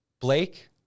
Blake